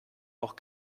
auch